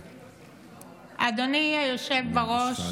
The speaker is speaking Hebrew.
אדוני היושב בראש,